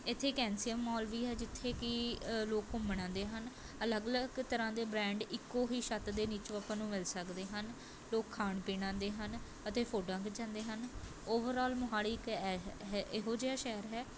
ਇੱਥੇ ਇੱਕ N C M mall ਵੀ ਹੈ ਜਿੱਥੇ ਕਿ ਲੋਕ ਘੁੰਮਣ ਆਉਂਦੇ ਹਨ ਅਲੱਗ ਅਲੱਗ ਤਰ੍ਹਾਂ ਦੇ ਬ੍ਰੈਂਡ ਇੱਕੋ ਹੀ ਛੱਤ ਦੇ ਨੀਚੋਂ ਆਪਾਂ ਨੂੰ ਮਿਲ ਸਕਦੇ ਹਨ ਲੋਕ ਖਾਣ ਪੀਣ ਆਉਂਦੇ ਹਨ ਅਤੇ ਫੋਟੋਆਂ ਖਿਚਾਉਂਦੇ ਹਨ ਓਵਰਆਲ ਮੋਹਾਲੀ ਇੱਕ ਇਹ ਇਹ ਇਹੋ ਜਿਹਾ ਸ਼ਹਿਰ ਹੈ